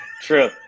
True